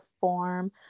form